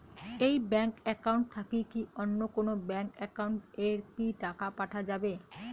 এই bank account থাকি কি অন্য কোনো ব্যাংক একাউন্ট এ কি টাকা পাঠা যাবে?